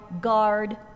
guard